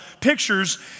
pictures